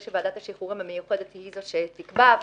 שוועדת השחרורים המיוחדת היא זו שתקבע,